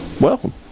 Welcome